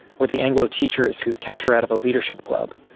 or the anglo teachers who kept her out of a leadership club.